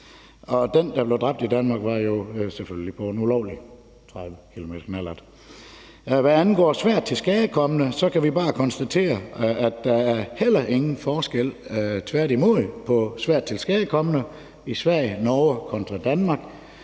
person, der blev dræbt i Danmark, kørte selvfølgelig på en ulovlig 30-kilometersknallert. Hvad angår svært tilskadekomne, kan vi bare konstatere, at her er der heller ingen forskel, tværtimod, på svært tilskadekomne i Sverige og Norge kontra Danmark.